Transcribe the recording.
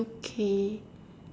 U_K